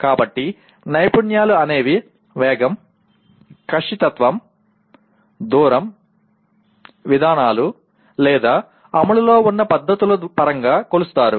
కాబట్టి నైపుణ్యాలు అనేవి వేగం ఖచ్చితత్వం దూరం విధానాలు లేదా అమలులో ఉన్న పద్ధతుల పరంగా కొలుస్తారు